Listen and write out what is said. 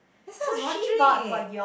that's why I was wondering